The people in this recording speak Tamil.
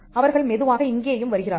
அவர்கள் மெதுவாக இங்கேயும் வருகிறார்கள்